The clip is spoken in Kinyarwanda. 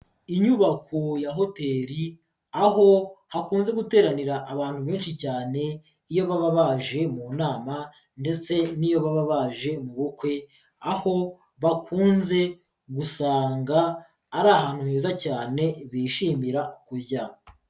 Inyubako ya hotel aho hakunze guteranira abantu benshi cyane, iyo baba baje mu nama, ndetse n'iyo baba baje mu bukwe, aho bakunze gusanga ari ahantu heza cyane bishimira kujya.